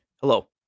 Hello